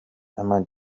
ama